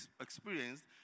experienced